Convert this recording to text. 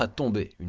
ah to do